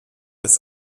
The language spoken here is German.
ist